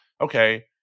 okay